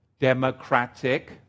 democratic